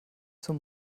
zur